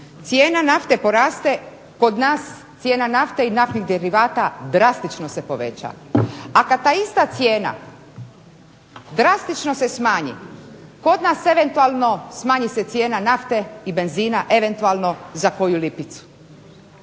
cijena nafte poraste kod nas cijena nafte i naftnih derivata drastično se poveća. A kad ta ista cijena drastično se smanji kod nas eventualno smanji se cijena nafte i benzina eventualno za koju lipicu.